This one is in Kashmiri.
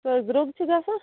سُہ ہٕے درٛوگ چھُ گژھان